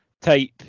Type